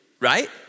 right